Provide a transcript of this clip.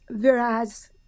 whereas